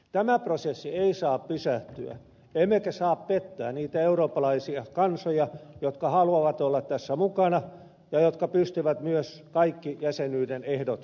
tämä prosessi ei saa pysähtyä emmekä saa pettää niitä eurooppalaisia kansoja jotka haluavat olla tässä mukana ja jotka pystyvät myös kaikki jäsenyyden ehdot täyttämään